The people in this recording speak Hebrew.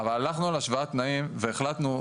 הלכנו על השוואת תנאים והחלטנו,